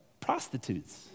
Prostitutes